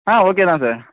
ஆ okay தான் sir